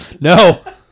No